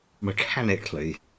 mechanically